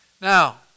now